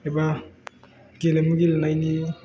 एबा गेलेमु गेलेनायनि